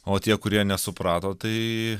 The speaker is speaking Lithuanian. o tie kurie nesuprato tai